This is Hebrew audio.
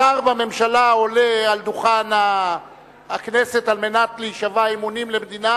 שר בממשלה עולה על דוכן הכנסת על מנת להישבע אמונים למדינה.